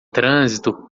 trânsito